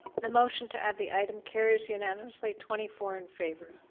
the motion to add the item carres unanimously twenty four in favor.